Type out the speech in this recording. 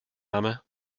name